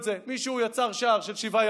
כאשר אתה לא מייצר חלופות לנישואים למי שרוצה,